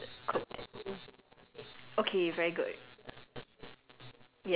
never mind lah like you just get used to uh knowing when the food is cooked